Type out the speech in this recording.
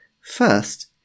First